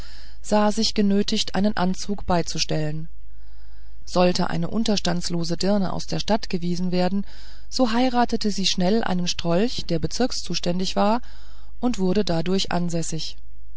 sah sich genötigt einen anzug beizustellen sollte eine unterstandslose dirne aus der stadt gewiesen werden so heiratete sie schnell einen strolch der bezirkszuständig war und wurde dadurch ansässig